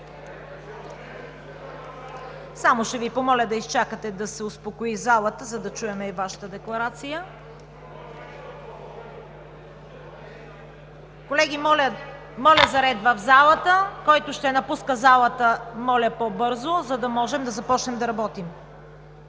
Ще Ви помоля да изчакате да се успокои залата, за да чуем и Вашата декларация. Колеги, моля за ред в залата! Който ще напуска залата, моля да е по-бързо, за да започнем да работим.